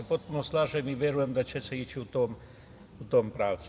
Potpuno se slažem i verujem da će se ići u tom pravcu.